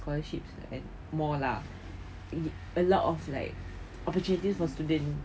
scholarships and more lah a lot of like opportunities for students